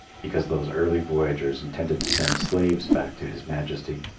because those early voyagers intended to send slaves back to his majesty.